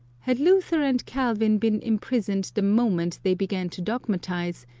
had luther and calvin been imprisoned the moment they began to dogmatise,